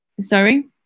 Sorry